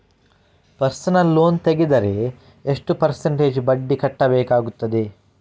Personal loan ತೆಗೆದರೆ ಎಷ್ಟು percentage ಬಡ್ಡಿ ಕಟ್ಟಬೇಕಾಗುತ್ತದೆ?